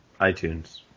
iTunes